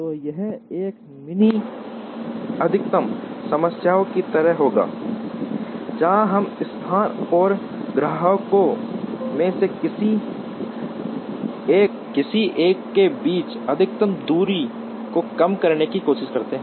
तो यह एक मिनी अधिकतम समस्या की तरह होगा जहां हम स्थान और ग्राहकों में से किसी एक के बीच अधिकतम दूरी को कम करने की कोशिश करते हैं